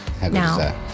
Now